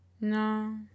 No